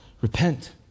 Repent